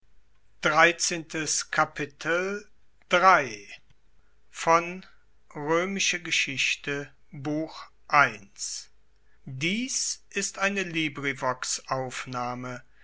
dies ist die